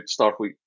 Starfleet